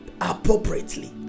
appropriately